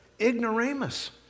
ignoramus